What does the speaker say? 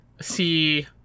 see